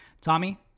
Tommy